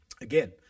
Again